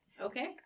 Okay